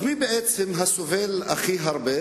אז מי בעצם סובל הכי הרבה?